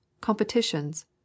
competitions